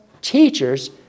teachers